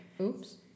oops